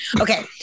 Okay